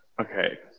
okay